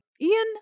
ian